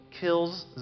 kills